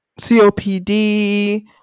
COPD